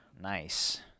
Nice